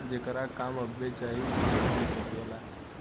जेकरा काम अब्बे चाही ऊ काम ले सकेला